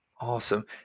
awesome